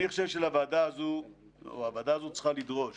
אני חושב שהוועדה הזו צריכה לדרוש